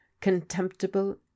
contemptible